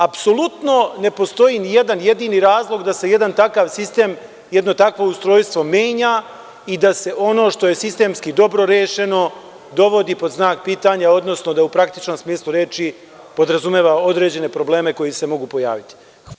Apsolutno ne postoji nijedan jedini razlog da se jedan takav sistem, jedno takvo ustrojstvo menja i da se ono što je sistemski dobro rešeno dovodi pod znak pitanja, odnosno da u praktičnom smislu reči podrazumeva određen probleme koji se mogu pojaviti.